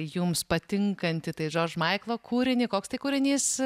jums patinkantį tai žorž maiklo kūrinį koks tai kūrinys